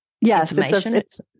Yes